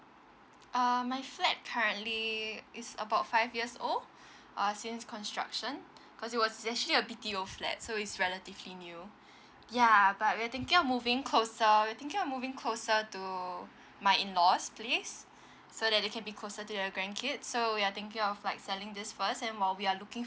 um my flat currently is about five years old uh since construction cause it was actually a B_T_O flat so is relatively new ya but we're thinking of moving closer we're thinking of moving closer to my in laws' place so that they can be closer to their grandkids so we are thinking of like selling this first and while we are looking